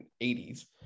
80s